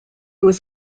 was